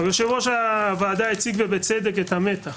יושב-ראש הוועדה הציג ובצדק את המתח